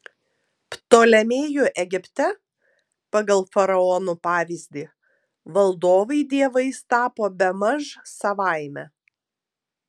ptolemėjų egipte pagal faraonų pavyzdį valdovai dievais tapo bemaž savaime